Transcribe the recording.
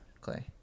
clay